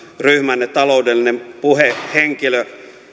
ryhmänne taloudellinen puhehenkilö